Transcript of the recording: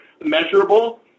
measurable